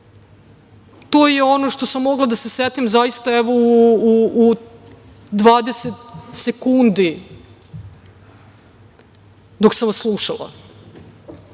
To je ono što sam mogla da se setim, zaista, evo u 20 sekundi dok sam vas slušala,